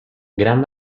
gran